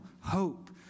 hope